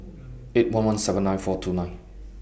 eight one one seven nine four two nine